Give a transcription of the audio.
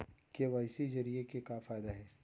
KYC जरिए के का फायदा हे?